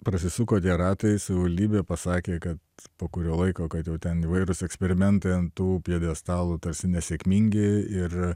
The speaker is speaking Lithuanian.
prasisuko ratai savivaldybė pasakė kad po kurio laiko kad jau ten įvairūs eksperimentai ant tų pjedestalų tarsi nesėkmingi ir